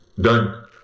done